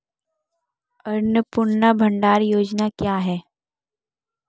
अन्नपूर्णा भंडार योजना क्या है?